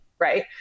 right